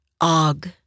Og